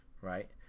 right